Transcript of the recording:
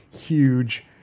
huge